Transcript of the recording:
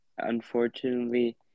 unfortunately